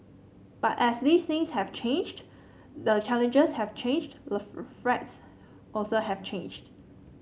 but as these things have changed the challenges have changed the threats also have changed